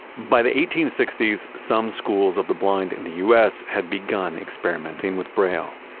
by the eighteen sixty s, some schools of the blind in the u s. had begun experimenting with braille.